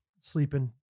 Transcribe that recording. sleeping